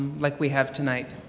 like we have tonight.